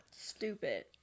Stupid